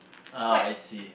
ah I see